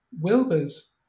wilbur's